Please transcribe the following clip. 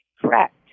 Correct